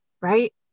Right